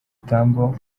tambo